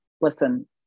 listen